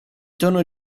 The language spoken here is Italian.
tono